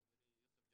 חברי יוסף ג'בארין,